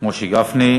משה גפני.